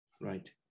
right